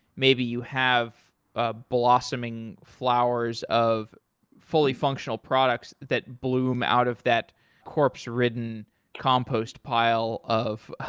maybe you have a blossoming flowers of fully functional products that bloom out of that corpse ridden compost pile of ah